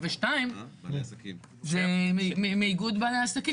ושתיים, זה מאיגוד בעלי העסקים.